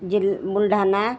जिल्ह Buldhana